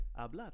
hablar